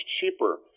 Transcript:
cheaper